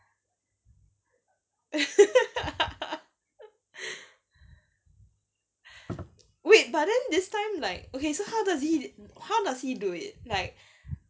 wait but then this time like okay so how does he know how does he do it like